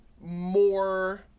more